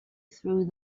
through